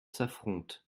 s’affrontent